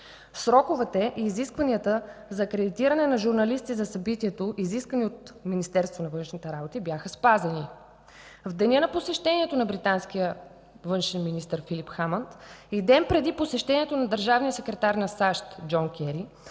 Сроковете и изискванията за акредитиране на журналисти за събитието, изискани от Министерство на външните работи, бяха спазени. В деня на посещението на британския външен министър Филип Хамънд и ден преди посещението на държавния секретар на САЩ Джон Кери